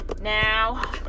Now